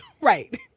Right